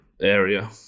area